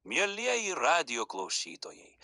mielieji radijo klausytojai